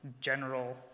general